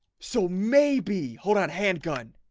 so maybe hold on handgun